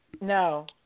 No